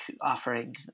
offering